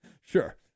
sure